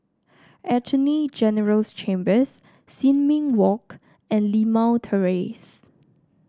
Attorney General's Chambers Sin Ming Walk and Limau Terrace